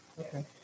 Okay